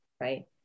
right